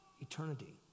eternity